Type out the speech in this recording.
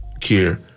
care